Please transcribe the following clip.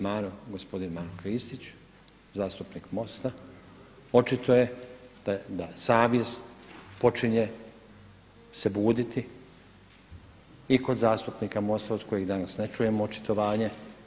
Maro, gospodin Maro Kristić zastupnik MOST–a očito je da savjest počinje se buditi i kod zastupnika MOST-a od kojih danas ne čujemo očitovanje.